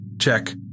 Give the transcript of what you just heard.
check